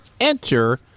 enter